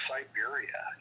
Siberia